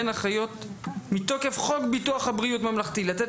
אין אחיות מתוקף חוק ביטוח בריאות ממלכתי לתת